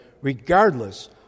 regardless